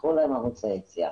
תפתחו להם ערוצי יציאה.